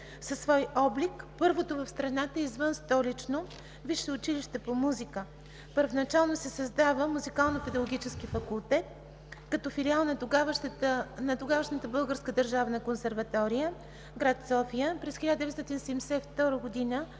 със свой облик, първото в страната извънстолично висше училище по музика. Първоначално се създава Музикално-педагогически факултет, като филиал на тогавашната Българска държавна консерватория, град София. През 1972 г.